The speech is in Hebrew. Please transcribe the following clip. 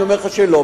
אני אומר לך שלא.